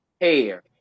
Hair